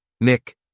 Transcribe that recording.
Nick